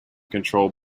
control